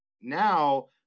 now